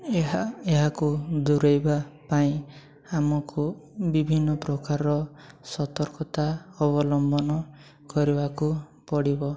ଏହା ଏହାକୁ ଦୂରେଇଵା ପାଇଁ ଆମକୁ ବିଭିନ୍ନ ପ୍ରକାରର ସତର୍କତା ଅବଲମ୍ବନ କରିବାକୁ ପଡ଼ିବ